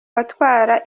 batwara